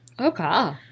Okay